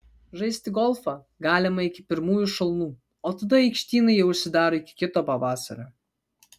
žaisti golfą galima iki pirmųjų šalnų o tada aikštynai jau užsidaro iki kito pavasario